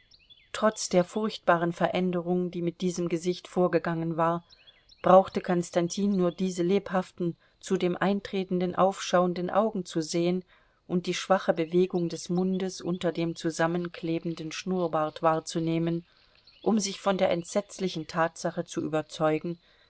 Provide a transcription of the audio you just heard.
trotz der furchtbaren veränderung die mit diesem gesicht vorgegangen war brauchte konstantin nur diese lebhaften zu dem eintretenden aufschauenden augen zu sehen und die schwache bewegung des mundes unter dem zusammenklebenden schnurrbart wahrzunehmen um sich von der entsetzlichen tatsache zu überzeugen